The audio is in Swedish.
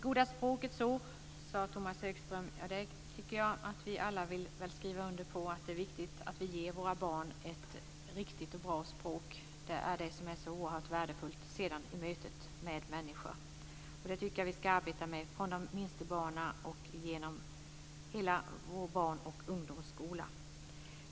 Fru talman! Tomas Högström talade om det goda språkets år. Vi kan alla skriva under på att det är viktigt att vi ger våra barn ett riktigt och bra språk. Det är oerhört värdefullt i mötet med människor. Det tycker jag att vi ska arbeta med från de minsta barnen och genom hela vår barn och ungdomsskola.